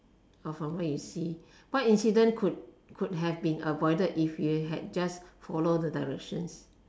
of from what you see what incident could could have been avoided if you had just follow the directions